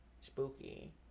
Spooky